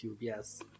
Yes